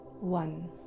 one